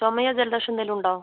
ചുമയോ ജലദോഷമോ ഏന്തെങ്കിലുമുണ്ടോ